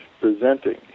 presenting